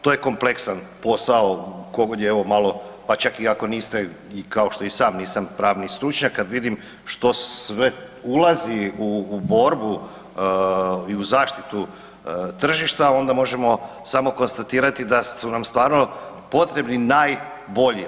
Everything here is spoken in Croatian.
To je kompleksan posao tko god je malo, pa čak i ako niste i kao što i sam nisam pravni stručnjak, kad vidim što sve ulazi u borbu i u zaštitu tržišta onda možemo samo konstatirati da su nam stvarno potrebni najbolji.